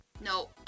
no